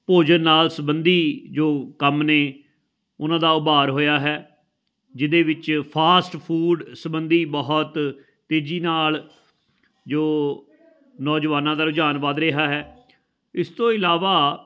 ਭੋਜਨ ਨਾਲ ਸਬੰਧੀ ਜੋ ਕੰਮ ਨੇ ਉਹਨਾਂ ਦਾ ਉਭਾਰ ਹੋਇਆ ਹੈ ਜਿਹਦੇ ਵਿੱਚ ਫਾਸਟ ਫੂਡ ਸਬੰਧੀ ਬਹੁਤ ਤੇਜ਼ੀ ਨਾਲ ਜੋ ਨੌਜਵਾਨਾਂ ਦਾ ਰੁਝਾਨ ਵੱਧ ਰਿਹਾ ਹੈ ਇਸ ਤੋਂ ਇਲਾਵਾ